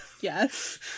yes